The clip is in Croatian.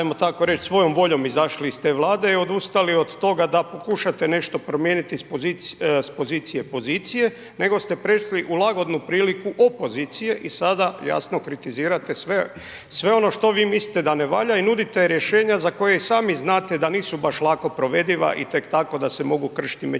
ajmo tako reći svojom voljom izašli iz te Vlade i odustali od toga da pokušate nešto promijeniti iz pozicije pozicije, nego ste prešli u lagodnu priliku opozicije i sada jasno, kritizirate sve ono što vi mislite da ne valja i nudite rješenja za koje i sami znate da nisu baš lako provediva i tek tako da se mogu kršiti